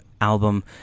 album